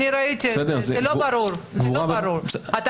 יוליה מלינובסקי (יו"ר ועדת מיזמי תשתית